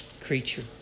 creature